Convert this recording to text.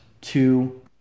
two